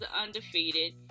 Undefeated